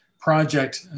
project